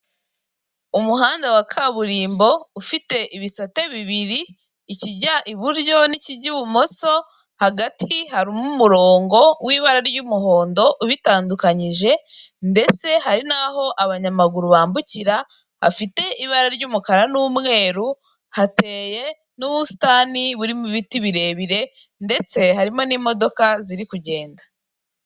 Umuhanda wa kaburimbo ufite ibisate bibiri ikijya iburyo n'ikijya ibumoso, hagati harimo umurongo w'ibara ry'umuhondo, ubitandukanyije, ndetse hari n'aho abanyamaguru bambukira, hafite ibara ry'umukara n'umweru hateye n'ubusitani burimo ibiti birebire, ndetse harimo n'imodoka ziri kugenda.